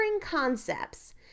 concepts